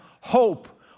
Hope